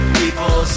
people